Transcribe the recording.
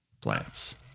Plants